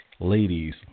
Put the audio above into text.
Ladies